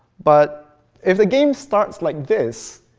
but if the game starts like this,